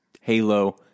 Halo